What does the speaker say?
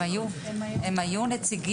הם היום, היו נציגים.